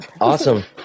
Awesome